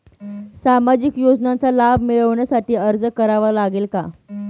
सामाजिक योजनांचा लाभ मिळविण्यासाठी अर्ज करावा लागेल का?